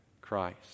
Christ